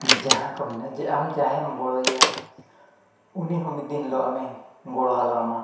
ᱡᱟᱦᱟᱸᱭ ᱠᱚ ᱢᱮᱱᱟ ᱡᱮ ᱟᱢ ᱡᱟᱦᱟᱸᱭᱮᱢ ᱜᱚᱲᱚᱣᱟᱭᱟ ᱩᱱᱤᱦᱚᱸ ᱢᱤᱫ ᱫᱤᱱ ᱦᱤᱞᱳᱜ ᱟᱢᱮ ᱜᱚᱲᱚ ᱦᱟᱞᱟᱣᱟᱢᱟ